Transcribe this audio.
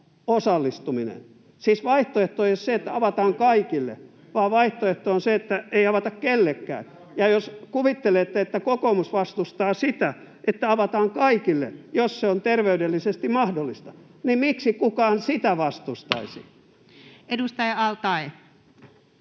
osallistuminen. Siis vaihtoehto ei ole se, että avataan kaikille, vaan vaihtoehto on se, että ei avata kellekään. Ja jos kuvittelette, että kokoomus vastustaa sitä, että avataan kaikille, jos se on terveydellisesti mahdollista, niin miksi kukaan sitä vastustaisi? [Speech 86]